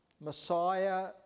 Messiah